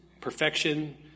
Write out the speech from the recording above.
perfection